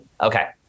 okay